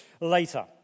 later